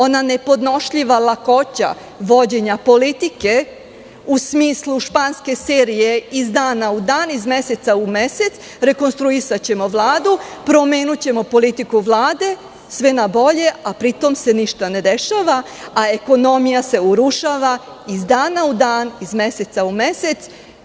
Ona nepodnošljiva lakoća vođenja politike u smislu španske serijeiz dana u dan, iz meseca u mesec, rekonstruisaćemo Vladu, promenićemo politiku Vlade, sve na bolje, a pri tome se ništa ne dešava, a ekonomija se urušava iz dana u dan, iz meseca u mesec.